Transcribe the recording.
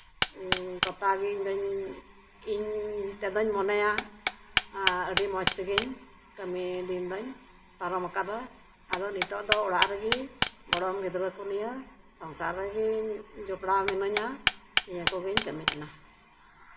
ᱜᱳᱴᱟᱜᱮ ᱤᱧ ᱛᱮᱫᱚᱧ ᱢᱚᱱᱮᱭᱟ ᱟᱹᱰᱤ ᱢᱚᱡᱽ ᱛᱮᱜᱮᱧ ᱠᱟᱹᱢᱤ ᱫᱤᱱ ᱫᱚᱧ ᱯᱟᱨᱚᱢ ᱟᱠᱟᱫᱟ ᱟᱫᱚ ᱱᱤᱛᱚᱜ ᱫᱚ ᱚᱲᱟᱜ ᱨᱮᱜᱮ ᱜᱚᱲᱚᱢ ᱜᱤᱫᱽᱨᱟᱹ ᱠᱚ ᱱᱤᱭᱟᱹ ᱥᱚᱝᱥᱟᱨ ᱨᱮᱜᱮ ᱡᱚᱯᱲᱟᱣ ᱢᱤᱱᱟᱹᱧᱟ ᱱᱤᱭᱟᱹ ᱠᱚᱜᱮᱧ ᱠᱟᱹᱢᱤ ᱠᱟᱱᱟ